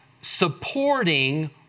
supporting